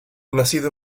nacido